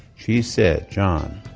she said, john,